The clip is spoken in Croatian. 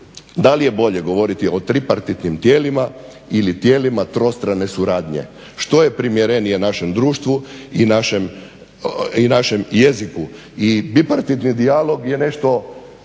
Da li je bolje govoriti o tripartitnim tijelima ili tijelima trostrane suradnje. Što je primjerenije našem društvu i našem jeziku. I bipartitni dijalog je nešto